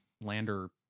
lander